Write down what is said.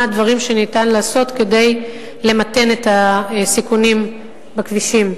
דברים שניתן לעשות כדי למתן את הסיכונים בכבישים.